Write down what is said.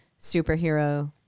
superhero